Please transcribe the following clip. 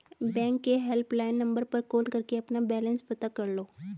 bank के helpline number पर call करके अपना बैलेंस पता कर लो